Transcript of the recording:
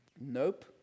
Nope